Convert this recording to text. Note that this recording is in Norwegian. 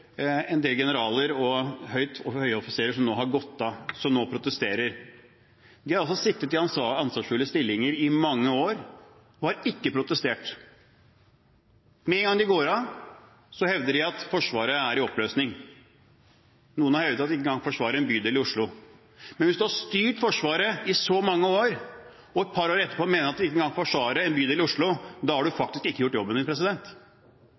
en del generaler og høye offiserer som nå har gått av, som nå protesterer. De har altså sittet i ansvarsfulle stillinger i mange år og har ikke protestert. Med en gang de går av, hevder de at Forsvaret er i oppløsning. Noen har hevdet at vi ikke engang kan forsvare en bydel i Oslo. Men hvis man har styrt Forsvaret i så mange år, og et par år etterpå mener at vi ikke engang kan forsvare en bydel i Oslo, har man faktisk ikke gjort jobben